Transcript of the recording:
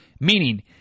Meaning